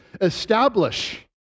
establish